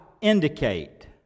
indicate